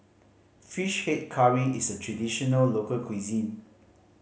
Fish Head Curry is a traditional local cuisine